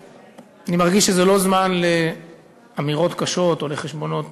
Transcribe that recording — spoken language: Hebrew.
אני מרגיש שזה לא זמן לאמירות קשות או לחשבונות